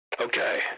Okay